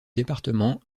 département